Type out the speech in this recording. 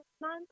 month